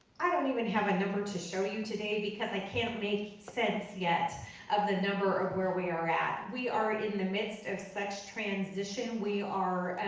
i don't even have a number to show you today, because i can't make sense yet of the number of where we are at. we are in the midst of such transition. we are,